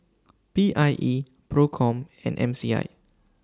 P I E PROCOM and M C I